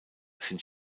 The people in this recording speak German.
sind